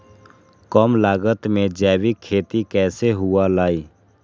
कम लागत में जैविक खेती कैसे हुआ लाई?